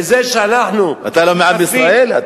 אתה לא מעם ישראל?